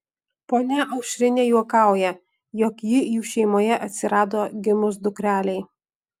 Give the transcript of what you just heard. ponia aušrinė juokauja jog ji jų šeimoje atsirado gimus dukrelei